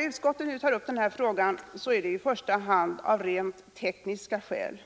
Utskottet tar nu upp denna fråga, i första hand av rent tekniska skäl.